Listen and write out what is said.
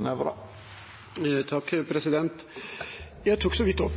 Jeg tok på